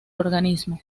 organismo